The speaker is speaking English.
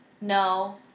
no